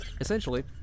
Essentially